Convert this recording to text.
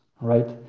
right